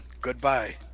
Goodbye